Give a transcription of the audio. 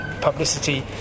publicity